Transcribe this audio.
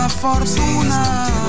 Fortuna